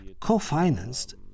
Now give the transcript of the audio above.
co-financed